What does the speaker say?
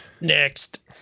Next